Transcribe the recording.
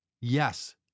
yes